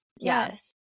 yes